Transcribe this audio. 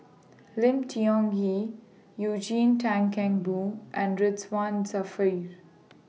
Lim Tiong Ghee Eugene Tan Kheng Boon and Ridzwan Dzafir